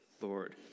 Lord